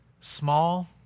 small